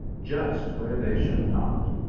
just where they should not,